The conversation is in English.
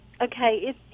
okay